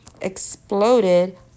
exploded